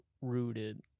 rooted